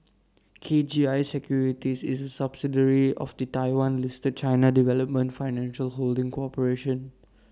K G I securities is A subsidiary of the Taiwan listed China development financial holding corporation